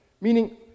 meaning